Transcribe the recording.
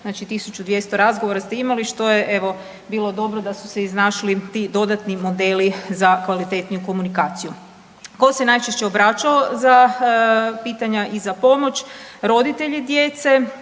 200 razgovora ste imali što je evo bilo dobro da su se iznašli ti dodatni modeli za kvalitetniju komunikaciju. Tko se najčešće obraćao za pitanja i za pomoć? Roditelji djece,